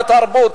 לתרבות,